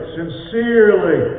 sincerely